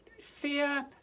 Fear